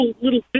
little